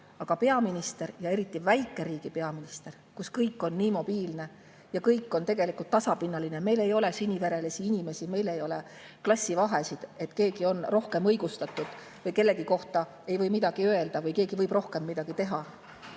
on] peaminister, väikeriigi peaminister, kus kõik on nii mobiilne ja kõik on tegelikult tasapinnaline. Meil ei ole siniverelisi inimesi, meil ei ole klassivahesid, nii et keegi on rohkem õigustatud või kellegi kohta ei või midagi öelda või keegi võib rohkem midagi teha.